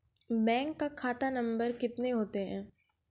Bank का खाता नम्बर कितने होते हैं?